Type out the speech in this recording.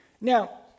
Now